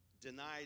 denied